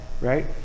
right